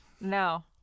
No